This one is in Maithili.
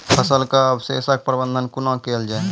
फसलक अवशेषक प्रबंधन कूना केल जाये?